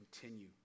continue